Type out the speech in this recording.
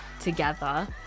together